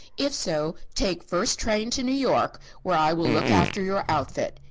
if so, take first train to new york, where i will look after your outfit.